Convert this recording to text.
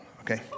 okay